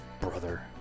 brother